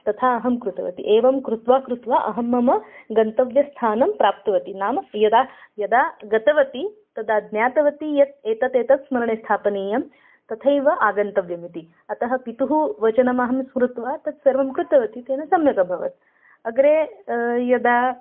तथा अहं कृतवती एवं कृत्वा कृत्वा अहं मम गन्तव्यस्थानं प्राप्तवती नाम यदा यदा गतवती तदा ज्ञातवती यत् एतत् एतत् स्मरणे स्थापनीयं तथैव आगन्तव्यम् इति अतः पितुः वचनम् अहं स्मृत्वा तत् सर्वं कृतवती तेन सम्यक् अभवत् अग्रे यदा